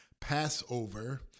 Passover